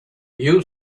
you